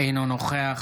אינו נוכח